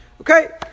Okay